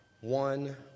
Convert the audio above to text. One